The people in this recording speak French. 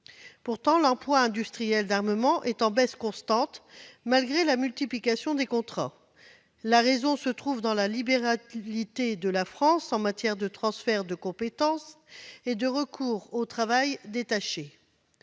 Pourtant, l'emploi industriel dans ce secteur est en baisse constante, malgré la multiplication des contrats, du fait de la libéralité de la France en matière de transferts de compétences et de recours au travail détaché.